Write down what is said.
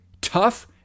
tough